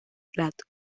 plato